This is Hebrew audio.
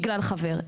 בגלל חבר,